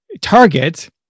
target